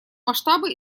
масштабы